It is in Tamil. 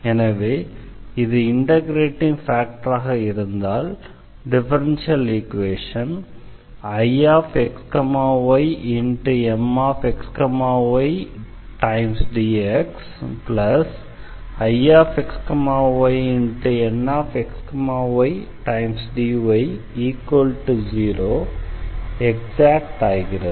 எனவே இது இண்டெக்ரேட்டிங் ஃபேக்டராக இருந்தால் டிஃபரன்ஷியல் ஈக்வேஷன் IxyMxydxIxyNxydy0 எக்ஸாக்ட் ஆகிறது